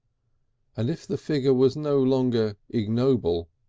and if the figure was no longer ignoble,